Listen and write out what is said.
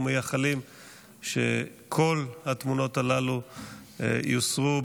ומייחלים שכל התמונות הללו יוסרו,